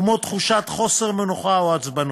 כמו תחושת חוסר מנוחה או עצבנות.